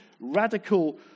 radical